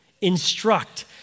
instruct